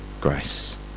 grace